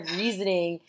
reasoning